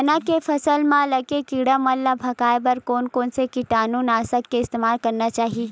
चना के फसल म लगे किड़ा मन ला भगाये बर कोन कोन से कीटानु नाशक के इस्तेमाल करना चाहि?